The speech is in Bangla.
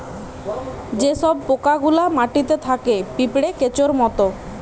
যে সব পোকা গুলা মাটিতে থাকে পিঁপড়ে, কেঁচোর মত